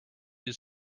use